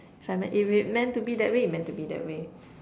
if it meant to be that way it meant to be that way